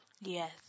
Yes